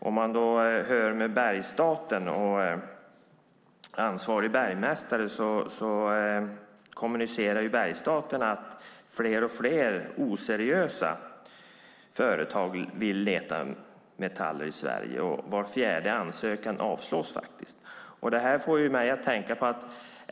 Om man hör med Bergsstaten och ansvarig bergmästare framgår det att bergsstaterna kommunicerar med fler och fler oseriösa företag som vill leta metaller i Sverige, och var fjärde ansökan avslås.